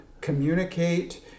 communicate